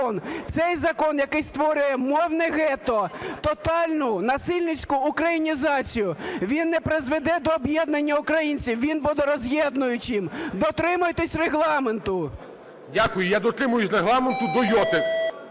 Цей закон, який створює мовне гетто, тотальну насильницьку українізацію, він не призведе до об'єднання українців, він буде роз'єднуючим. Дотримуйтесь Регламенту. ГОЛОВУЮЧИЙ. Дякую. Я дотримуюсь Регламенту до йоти,